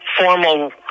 formal